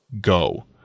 go